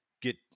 get